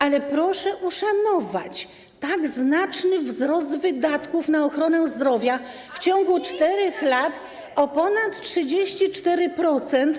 Ale proszę uszanować tak znaczny wzrost wydatków na ochronę zdrowia w ciągu 4 lat o ponad 34%.